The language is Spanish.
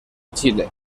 chile